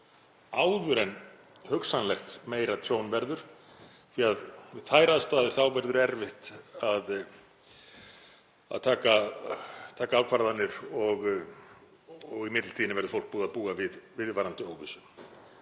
áður en hugsanlegt meira tjón verður því að við þær aðstæður verður erfitt að taka ákvarðanir og í millitíðinni verður fólk búið að búa við viðvarandi óvissu.